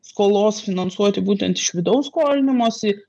skolos finansuoti būtent iš vidaus skolinimosi